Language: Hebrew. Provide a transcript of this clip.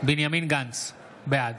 בנימין גנץ, בעד